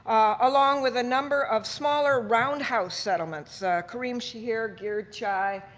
along with a number of smaller round house settlements karim shahir, gird chai,